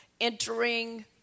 entering